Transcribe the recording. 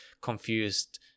confused